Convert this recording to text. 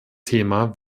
thema